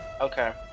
Okay